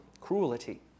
cruelty